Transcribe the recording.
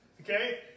Okay